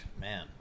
Man